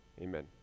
Amen